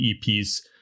EPs